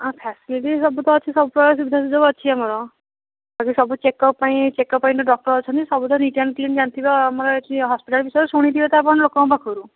ଆଉ ଫ୍ୟାସଲିଟି ସବୁ ତ ଅଛି ସବୁପ୍ରକାର ସୁବିଧା ସୁଯୋଗ ଅଛି ଆମର ଏଠି ସବୁ ଚେକଅପ୍ ପାଇଁ ଚେକପ୍ ପାଇଁ ତ ଡକ୍ଟର ଅଛନ୍ତି ସବୁ ତ ନିଟ୍ ଆଣ୍ଡ କ୍ଲିନ୍ ଜାଣିଥିବେ ଆମର ଏଠି ହସ୍ପିଟାଲ୍ ବିଷୟରେ ଶୁଣିଥିବେ ତ ଆପଣ ଲୋକଙ୍କ ପାଖରୁ